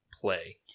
play